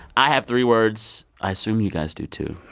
i have three words. i assume you guys do, too.